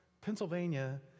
Pennsylvania